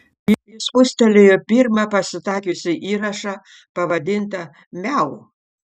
ji spustelėjo pirmą pasitaikiusį įrašą pavadintą miau